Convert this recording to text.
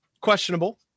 questionable